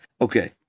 Okay